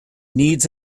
needs